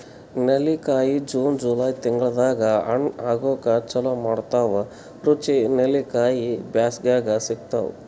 ನೆಲ್ಲಿಕಾಯಿ June July ತಿಂಗಳ್ದಾಗ್ ಹಣ್ಣ್ ಆಗೂಕ್ ಚಾಲು ಮಾಡ್ತಾವ್ ರುಚಿ ನೆಲ್ಲಿಕಾಯಿ ಬ್ಯಾಸ್ಗ್ಯಾಗ್ ಸಿಗ್ತಾವ್